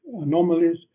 anomalies